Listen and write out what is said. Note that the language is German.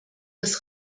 des